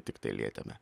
tiktai lietėme